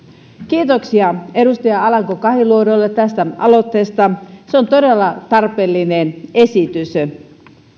kiitoksia edustaja alanko kahiluodolle tästä aloitteesta se on todella tarpeellinen esitys